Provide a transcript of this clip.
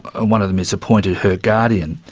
ah one of them is appointed her guardian.